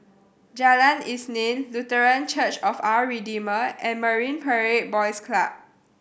Jalan Isnin Lutheran Church of Our Redeemer and Marine Parade Boys Club